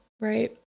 right